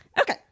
okay